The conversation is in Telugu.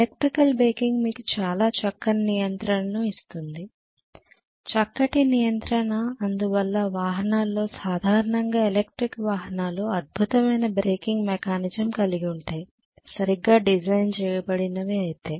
ఎలక్ట్రికల్ బ్రేకింగ్ మీకు చాలా చక్కని నియంత్రణను ఇస్తుంది చక్కటి నియంత్రణ అందువల్ల వాహనాల్లో సాధారణంగా ఎలక్ట్రిక్ వాహనాలు అద్భుతమైన బ్రేకింగ్ మెకానిజమ్ కలిగి ఉంటాయి సరిగ్గా డిజైన్ చేయబడినవి అయితే